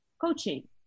coaching